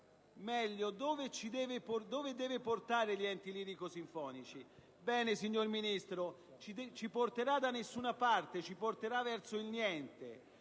Meglio, dove deve portare gli enti lirico-sinfonici? Bene, signor Ministro, non ci porterà da nessuna parte: ci porterà verso il niente.